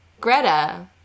Greta